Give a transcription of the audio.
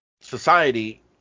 Society